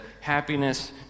happiness